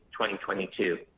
2022